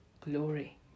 glory